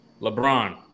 LeBron